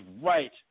right